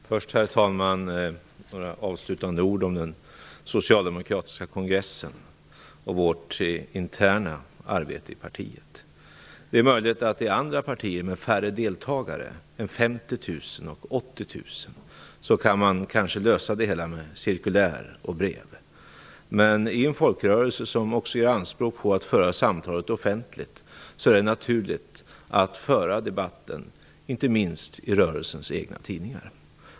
Herr talman! Först vill jag säga några avslutande ord om den socialdemokratiska kongressen och vårt interna arbete i partiet. Det är möjligt att man i andra partier med färre deltagare än 50 000 och 80 000 kanske kan lösa det hela med cirkulär och brev. I en folkrörelse, som också gör anspråk på att föra samtal offentligt, är det naturligt att föra debatten i tidningar, inte minst i rörelsens egna.